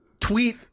tweet